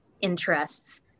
interests